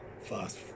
fast